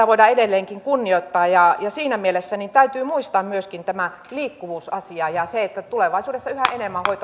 voidaan edelleenkin kunnioittaa ja siinä mielessä täytyy muistaa myöskin tämä liikkuvuusasia ja se että tulevaisuudessa yhä enemmän